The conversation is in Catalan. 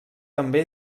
també